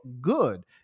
good